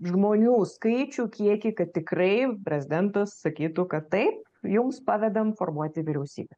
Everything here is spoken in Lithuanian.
žmonių skaičių kiekį kad tikrai prezidentas sakytų kad taip jums pavedam formuoti vyriausybę